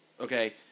okay